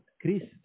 Chris